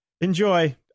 enjoy